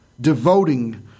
devoting